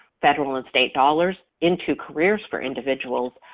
federal and state dollars, into careers for individuals,